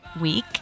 week